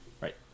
right